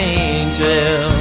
angel